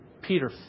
Peter